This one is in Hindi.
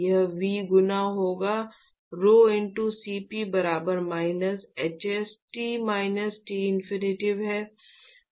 यह V गुना होगा rhoCp बराबर minus hs T minus T infinity है